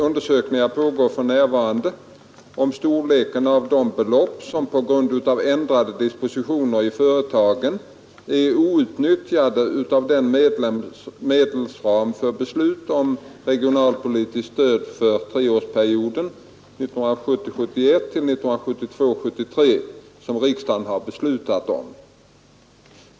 Undersökningar pågår för närvarande om storleken av de belopp som på grund av ändrade dispositioner i företagen är outnyttjade av den medelsram för beslut om regionalpolitiskt stöd för treårsperioden 1970 73 som riksdagen har beslutat om.